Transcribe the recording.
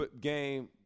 game